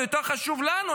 יותר חשוב לנו,